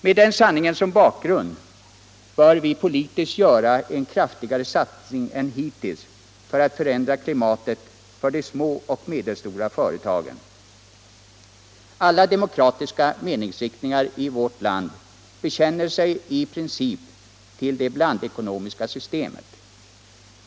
Med den sanningen som bakgrund bör vi politiskt göra.en kraftigare satsning än hittills för att förändra klimatet för de små och medelstora företagen. Alla demokratiska meningsriktningar i vårt land bekänner sig i princip till det blandekonomiska systemet.